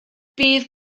bydd